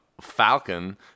Falcon